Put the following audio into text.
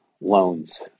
loans